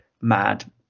mad